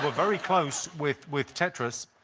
but very close with with tetris.